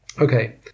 Okay